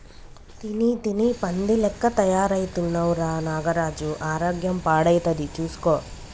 తిని తిని పంది లెక్క తయారైతున్నవ్ రా నాగరాజు ఆరోగ్యం పాడైతది చూస్కో